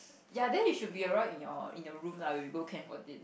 ya then he should be around in your in your room lah we go can for it